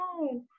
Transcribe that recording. no